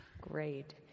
Great